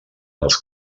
els